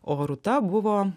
o rūta buvo